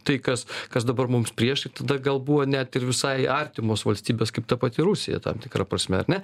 tai kas kas dabar mums priešai tada gal buvo net ir visai artimos valstybės kaip ta pati rusija tam tikra prasme ar ne